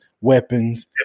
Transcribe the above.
weapons